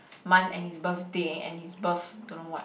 month and his birthday and his birth don't know what